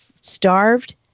starved